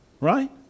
Right